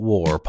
War